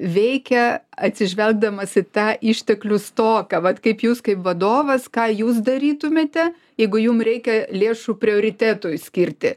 veikia atsižvelgdamas į tą išteklių stoką vat kaip jūs kaip vadovas ką jūs darytumėte jeigu jum reikia lėšų prioritetui skirti